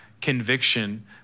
conviction